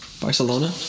Barcelona